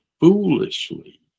foolishly